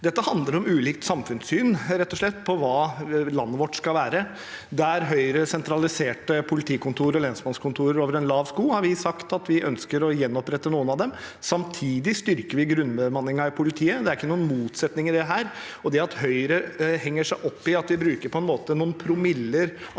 Dette handler om ulikt samfunnssyn på hva landet vårt skal være. Der Høyre sentraliserte politikontorer og lensmannskontorer over en lav sko, har vi sagt at vi ønsker å gjenopprette noen av dem. Samtidig styrker vi grunnbemanningen i politiet. Det er ingen motsetning i dette. At Høyre henger seg opp i at vi bruker noen promiller av